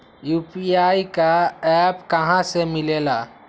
UPI का app कहा से मिलेला?